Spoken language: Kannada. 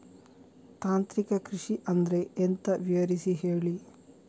ತಾಂತ್ರಿಕ ಕೃಷಿ ಅಂದ್ರೆ ಎಂತ ವಿವರಿಸಿ ಹೇಳಿ